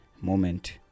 moment